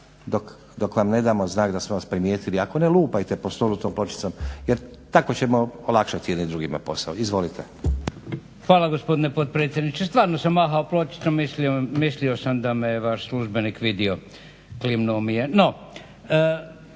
dok vam ne damo znak da smo vas primijetili. Ako ne lupajte po stolu tom pločicom jer tako ćemo olakšati jedni drugima posao. Izvolite. **Vuljanić, Nikola (Hrvatski laburisti - Stranka rada)** Hvala gospodine potpredsjedniče. Stvarno sam mahao pločicom, mislio sam da me je vaš službenik vidio, klimnuo mi je. No,